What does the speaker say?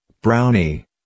Brownie